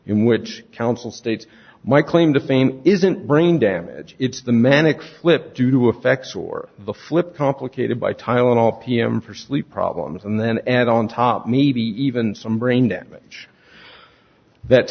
in which counsel state my claim to fame isn't brain damage it's the manic flip due to a fax or the flip complicated by tylenol pm for sleep problems and then add on top maybe even some brain damage that